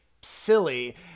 silly